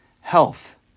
health